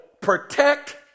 protect